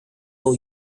for